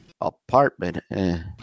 apartment